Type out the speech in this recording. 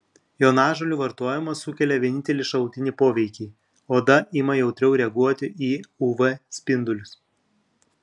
jonažolių vartojimas sukelia vienintelį šalutinį poveikį oda ima jautriau reaguoti į uv spindulius